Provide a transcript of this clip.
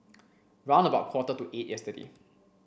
round about quarter to eight yesterday